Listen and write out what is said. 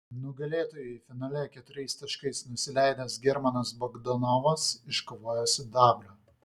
nugalėtojui finale keturiais taškais nusileidęs germanas bogdanovas iškovojo sidabrą